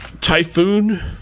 Typhoon